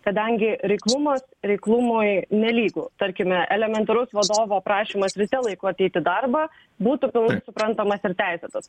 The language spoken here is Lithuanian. kadangi reiklumas reiklumui nelygu tarkime elementarus vadovo prašymas ryte laiku ateiti į darbą būtų turbūt suprantamas ir teisėtas